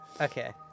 Okay